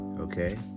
Okay